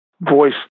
voice